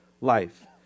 life